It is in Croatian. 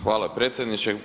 Hvala predsjedniče.